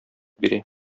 бирә